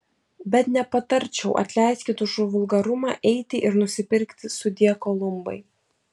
bet nepatarčiau atleiskit už vulgarumą eiti ir nusipirkti sudie kolumbai